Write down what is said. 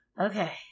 Okay